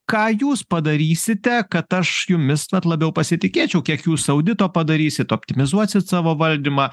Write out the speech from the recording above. ką jūs padarysite kad aš jumis vat labiau pasitikėčiau kiek jūs audito padarysit optimizuosit savo valdymą